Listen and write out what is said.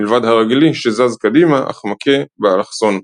מלבד הרגלי שזז קדימה אך מכה באלכסון.